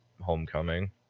homecoming